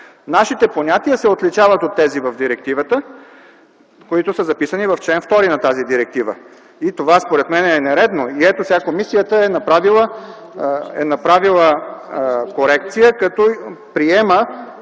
Нашите понятия се отличават от тези в директивата, които са записани в чл. 2 на тази директива. Според мен това е нередно. Комисията е направила корекция, като приема